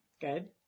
Good